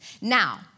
Now